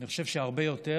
אני חושב שהרבה יותר,